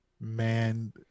man